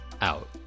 out